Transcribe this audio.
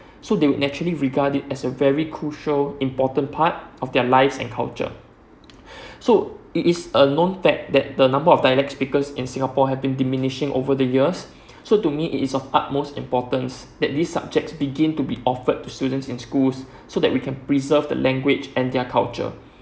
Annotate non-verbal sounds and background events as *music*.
so they will naturally regard it as a very crucial important part of their lives and culture *noise* *breath* so it is a known fact that the number of dialects speaker in singapore have been diminishing over the years *breath* so to me it is of utmost importance that this subjects begin to be offered to students in schools *breath* so that we can preserve the language and their culture